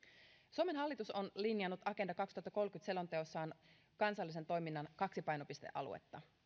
suomen hallitus on linjannut agenda kaksituhattakolmekymmentä selonteossaan kansallisen toiminnan kaksi painopistealuetta